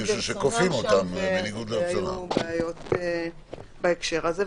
והיו בעיות בהקשר הזה,